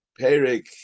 Perik